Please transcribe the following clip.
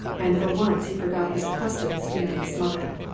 and for once he forgot his accustomed sneering smile.